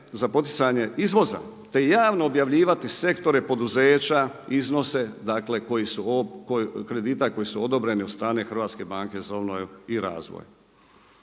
za poticanje izvoza te javno objavljivati sektore, poduzeća, iznose, dakle kredita koji su odobreni od strane HBOR-a. Četvrto,